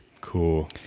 Cool